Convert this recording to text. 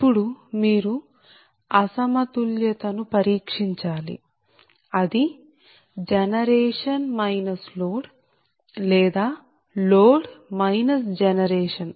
ఇప్పుడు మీరు అసమతుల్యత ను పరీక్షించాలి అది జనరేషన్ లోడ్ లేదా లోడ్ జనరేషన్